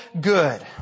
good